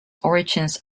origins